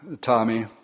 Tommy